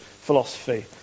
philosophy